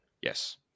Yes